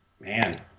Man